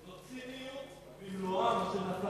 זו ציניות, מה שקורה